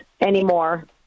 anymore